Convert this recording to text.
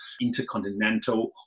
Intercontinental